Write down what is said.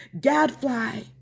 gadfly